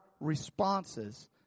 responses